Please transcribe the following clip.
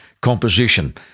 composition